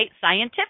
scientific